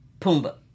Pumbaa